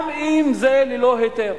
גם אם זה ללא היתר.